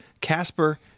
Casper